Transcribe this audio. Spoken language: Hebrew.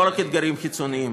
לא רק אתגרים חיצוניים,